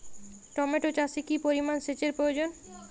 Tomato চাষে কি পরিমান সেচের প্রয়োজন?